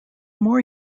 more